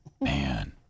Man